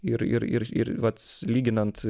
ir ir ir ir vats lyginant